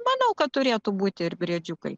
manau kad turėtų būti ir briedžiukai